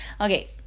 Okay